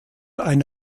ein